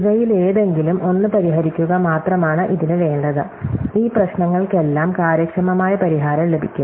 ഇവയിലേതെങ്കിലും ഒന്ന് പരിഹരിക്കുക മാത്രമാണ് ഇതിന് വേണ്ടത് ഈ പ്രശ്നങ്ങൾക്കെല്ലാം കാര്യക്ഷമമായ പരിഹാരം ലഭിക്കും